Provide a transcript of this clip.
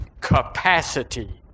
Capacity